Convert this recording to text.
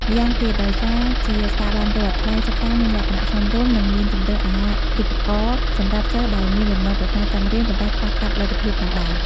ម្យ៉ាងទៀត ដោយសារជាស្ថាប័នរដ្ឋ ថ្លៃសិក្សាមានលក្ខណៈសមរម្យ និងមានជម្រើសអាហារូបករណ៍សម្រាប់សិស្សដែលមានបំណងប្រាថ្នាចង់រៀន ប៉ុន្តែខ្វះខាតលទ្ធភាពផងដែរ។